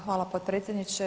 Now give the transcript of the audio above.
Hvala potpredsjedniče.